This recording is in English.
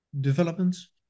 developments